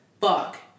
fuck